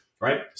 right